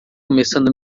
começando